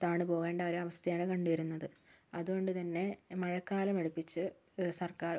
താണുപോകേണ്ടൊരു അവസ്ഥയാണ് കണ്ട് വരുന്നത് അതുകൊണ്ട് തന്നെ മഴക്കാലം അടുപ്പിച്ച് സർക്കാർ